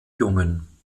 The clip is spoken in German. jungen